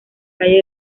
calle